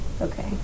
Okay